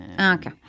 Okay